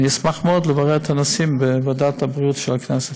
אשמח מאוד לברר את הנושאים בוועדת הבריאות של הכנסת.